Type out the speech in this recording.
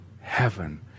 heaven